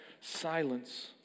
silence